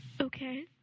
Okay